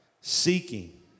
seeking